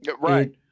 Right